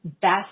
best